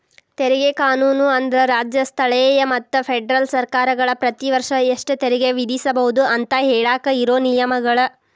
ತೆರಿಗೆ ಕಾನೂನು ಅಂದ್ರ ರಾಜ್ಯ ಸ್ಥಳೇಯ ಮತ್ತ ಫೆಡರಲ್ ಸರ್ಕಾರಗಳ ಪ್ರತಿ ವರ್ಷ ಎಷ್ಟ ತೆರಿಗೆ ವಿಧಿಸಬೋದು ಅಂತ ಹೇಳಾಕ ಇರೋ ನಿಯಮಗಳ